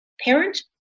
parent